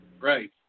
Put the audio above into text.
Right